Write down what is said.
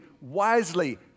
wisely